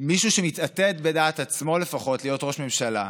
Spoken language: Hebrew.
מישהו שמתעתד, בדעת עצמו לפחות, להיות ראש ממשלה,